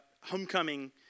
homecoming